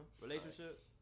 Relationships